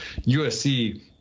USC